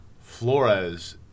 Flores